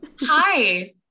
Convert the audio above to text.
Hi